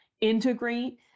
Integrate